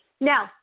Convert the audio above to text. Now